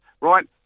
right